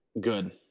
Good